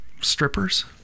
Strippers